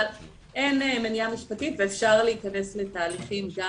אבל אין מניעה משפטית ואפשר להיכנס לתהליכים גם